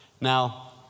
Now